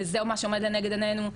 וזה מה שעומד לנגד עינינו.